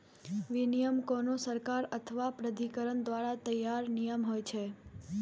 विनियम कोनो सरकार अथवा प्राधिकरण द्वारा तैयार नियम होइ छै